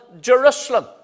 Jerusalem